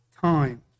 time